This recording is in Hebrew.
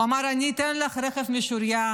הוא אמר: אני אתן לך רכב משוריין,